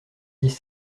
dix